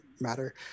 matter